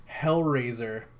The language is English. hellraiser